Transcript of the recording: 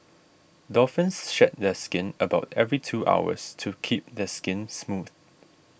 dolphins shed their skin about every two hours to keep their skin smooth